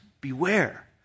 beware